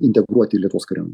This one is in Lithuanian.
integruoti lietuvos kariuomenėj